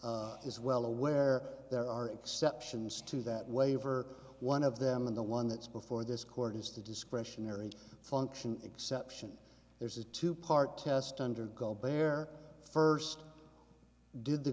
court is well aware there are exceptions to that waiver one of them and the one that's before this court is the discretionary function exception there's a two part test under go bare first did the